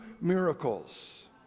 miracles